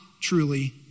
truly